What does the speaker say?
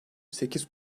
sekiz